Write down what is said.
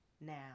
now